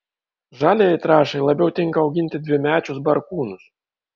žaliajai trąšai labiau tinka auginti dvimečius barkūnus